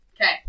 Okay